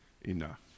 enough